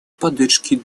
поддержкой